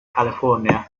california